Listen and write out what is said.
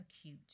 acute